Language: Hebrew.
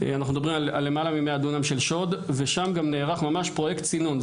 אנחנו מדברים על למעלה מ-100 דונם של שוד ושם גם נערך פרויקט סינון.